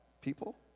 people